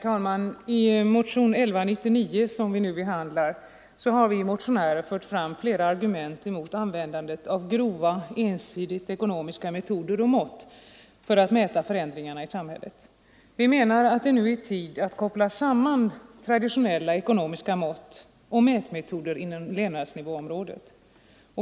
Herr talman! I motionen 1199 som vi nu behandlar har vi motionärer fört fram flera argument emot användandet av grova, ensidigt ekonomiska metoder och mått för att mäta förändringarna i samhället. Vi menar att det nu är tid att koppla samman traditionella ekonomiska mått och mätmetoder inom levnadsnivåområdet.